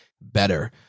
better